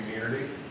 community